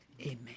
Amen